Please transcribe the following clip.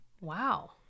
Wow